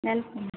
welcome